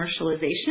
commercialization